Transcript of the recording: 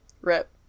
Rip